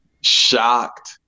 shocked